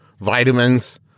vitamins